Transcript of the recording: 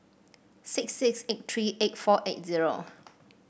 six six eight three eight four eight zero